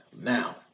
Now